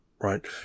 right